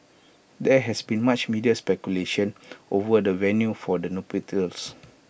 there has been much media speculation over the venue for the nuptials